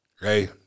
hey